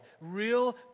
real